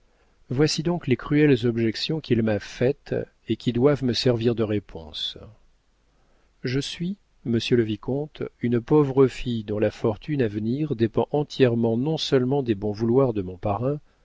voici donc les cruelles objections qu'il m'a faites et qui doivent me servir de réponse je suis monsieur le vicomte une pauvre fille dont la fortune à venir dépend entièrement non seulement des bons vouloirs de mon parrain